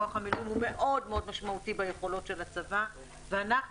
כוח המילואים מאוד מאוד משמעותי ביכולות של הצבא ואנחנו,